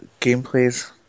Gameplays